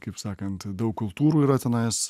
kaip sakant daug kultūrų yra tenais